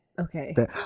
okay